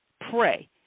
pray